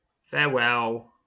Farewell